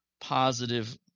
positive